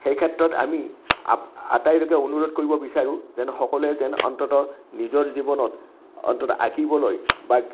সেইক্ষেত্ৰত আমি আটাইলৈকে অনুৰোধ কৰিব বিচাৰোঁ যেন সকলোৱে যেন অন্ততঃ নিজৰ জীৱনত অন্ততঃ আঁকিবলৈ বা